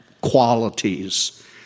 qualities